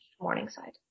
Morningside